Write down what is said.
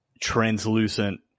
translucent